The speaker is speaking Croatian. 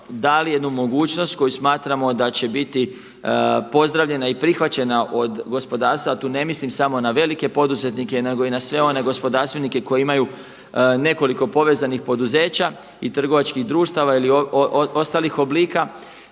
dali jednu mogućnost koju smatramo da će biti pozdravljena i prihvaćena od gospodarstva, a tu ne mislim samo na velike poduzetnike nego i na sve one gospodarstvenike koji imaju nekoliko povezanih poduzeća i trgovačkih društava ili ostalih oblika,